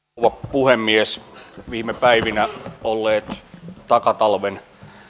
puhemies viime päivinä olleet takatalven